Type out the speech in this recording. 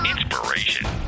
Inspiration